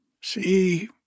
See